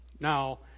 Now